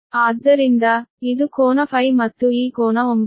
ಆದ್ದರಿಂದ ಇದು ಕೋನ Φ ಮತ್ತು ಈ ಕೋನ 900